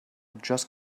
just